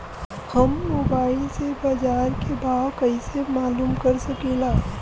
हम मोबाइल से बाजार के भाव मालूम कइसे कर सकीला?